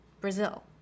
Brazil